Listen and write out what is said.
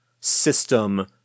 system